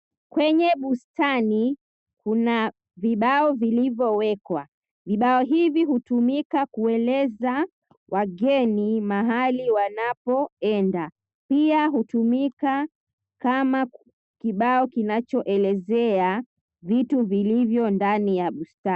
Kwenye bustani kuna vibao vilivowekwa. Vibao hivi hutumika kueleza wageni mahali wanapoenda. Pia hutumika kama kibao kinachoelezea vitu vilivyo ndani ya bustani.